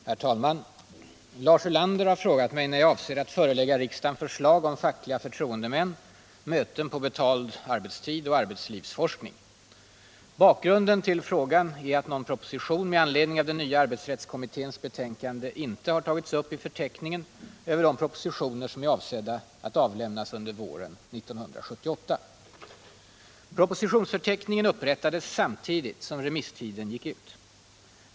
Herr talman! Lars Ulander har frågat mig när jag avser att förelägga riksdagen förslag om fackliga förtroendemän, möten på betald arbetstid och arbetslivsforskning. Bakgrunden till frågan är att någon proposition med anledning av nya arbetsrättskommitténs betänkande inte har tagits uppi förteckningen över de propositioner som är avsedda att avlämnas under våren 1978. Propositionsförteckningen upprättades samtidigt som remisstiden gick ut.